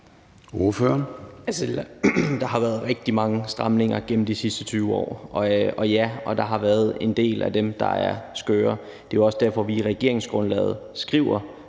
Rona (M): Der har været rigtig mange stramninger gennem de sidste 20 år, og ja, der har været en del af dem, der er skøre. Det er også derfor, vi i regeringsgrundlaget bl.a.